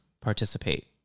participate